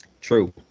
True